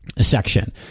section